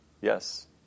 Yes